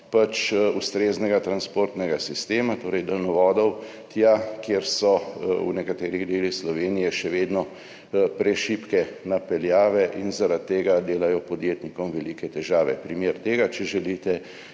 ustreznega transportnega sistema, torej daljnovodov tam, kjer so v nekaterih delih Slovenije še vedno prešibke napeljave in zaradi tega delajo podjetnikom velike težave. Primer tega, če želite,